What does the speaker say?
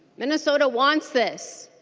minnesota wants this.